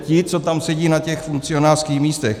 Ti, co tam sedí na těch funkcionářských místech.